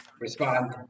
respond